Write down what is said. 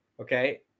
Okay